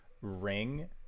ring